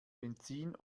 benzin